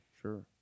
sure